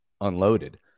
unloaded